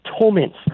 torments